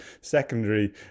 Secondary